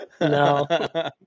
no